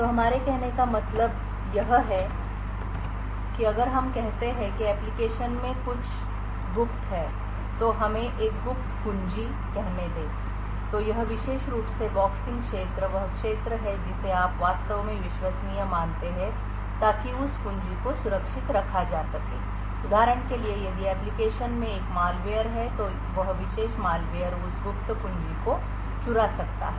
तो हमारे कहने का मतलब यह है कि अगर हम कहते हैं कि एप्लिकेशन में कुछ गुप्त है तो हमें एक गुप्त कुंजी कहने दें तो यह विशेष रूप से बॉक्सिंग क्षेत्र वह क्षेत्र है जिसे आप वास्तव में विश्वसनीय मानते हैं ताकि उस कुंजी को सुरक्षित रखा जा सके उदाहरण के लिए यदि एप्लिकेशन में एक मालवेयर है तो वह विशेष मैलवेयर उस गुप्त कुंजी को चुरा सकता है